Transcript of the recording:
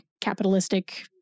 capitalistic